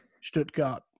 Stuttgart